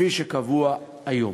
כפי שקבוע היום,